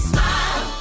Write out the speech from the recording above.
Smile